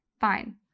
fine